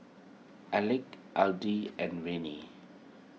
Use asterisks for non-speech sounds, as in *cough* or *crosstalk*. Alec *unintelligible* and Viney